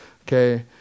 Okay